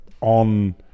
on